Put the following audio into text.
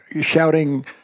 shouting